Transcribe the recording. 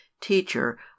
Teacher